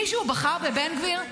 כהניזם זה בן גביר.